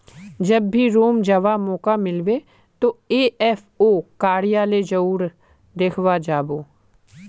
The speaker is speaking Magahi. जब भी रोम जावा मौका मिलबे तो एफ ए ओ कार्यालय जरूर देखवा जा बो